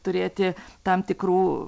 turėti tam tikrų